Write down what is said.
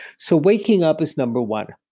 so, waking up this number one.